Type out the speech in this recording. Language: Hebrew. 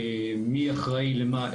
מי אחראי למה,